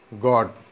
God